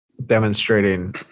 demonstrating